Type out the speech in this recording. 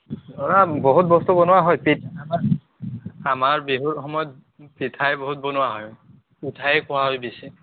অঁ বহুত বস্তু বনোৱা হয় আমাৰ বিহুৰ সময়ত পিঠাই বহুত বনোৱা হয় পিঠাই খোৱা হয় বেছি